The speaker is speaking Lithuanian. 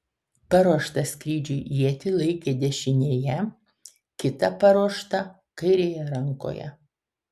paruoštą skrydžiui ietį laikė dešinėje kitą paruoštą kairėje rankoje